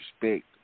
respect